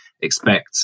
expect